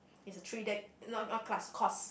is a three day no not class course